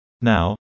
Now